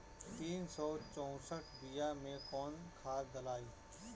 तीन सउ चउसठ बिया मे कौन खाद दलाई?